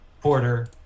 Porter